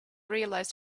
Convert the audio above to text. realize